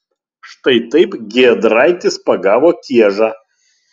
štai taip giedraitis pagavo kiežą